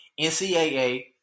NCAA